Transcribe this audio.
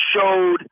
showed